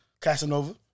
Casanova